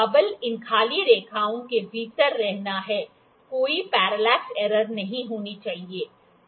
bubble इन काली रेखाओं के भीतर रहना है कोई पैरेलेक्स एरर नहीं होनी चाहिए